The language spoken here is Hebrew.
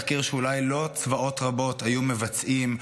תחקיר שאולי לא צבאות רבים היו מבצעים,